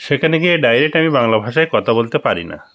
সেখানে গিয়ে ডাইরেট আমি বাংলা ভাষায় কথা বলতে পারি না